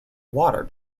water